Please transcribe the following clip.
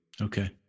Okay